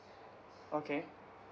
okay